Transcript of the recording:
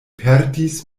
perdis